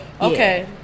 Okay